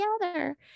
together